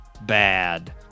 bad